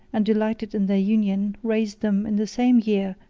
and delighted in their union, raised them, in the same year,